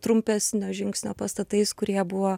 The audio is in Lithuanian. trumpesnio žingsnio pastatais kurie buvo